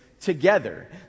together